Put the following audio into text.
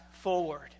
forward